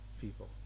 people